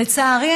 לצערי,